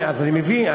אז אני מודיע,